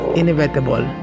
inevitable